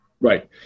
Right